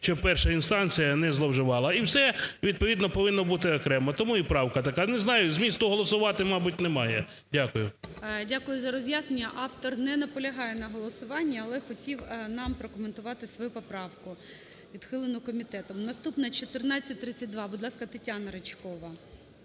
щоб перша інстанція не зловживала. І все відповідно повинно бути окремо, тому і правка така. Не знаю, змісту голосувати, мабуть, немає. Дякую. ГОЛОВУЮЧИЙ. Дякую за роз'яснення. Автор не наполягає на голосуванні, але хотів нам прокоментувати свою поправку, відхилену комітетом. Наступна – 1432. Будь ласка, Тетяна Ричкова.